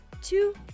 two